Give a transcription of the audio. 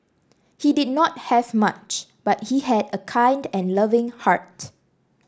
he did not have much but he had a kind and loving heart